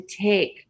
take